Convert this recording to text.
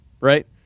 right